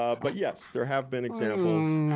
ah but yes there have been examples,